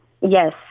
Yes